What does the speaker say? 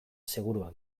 seguruak